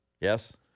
yes